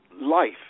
life